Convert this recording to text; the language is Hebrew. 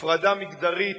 הפרדה מגדרית